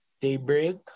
Daybreak